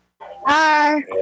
Hi